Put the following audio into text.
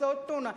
קופסאות טונה.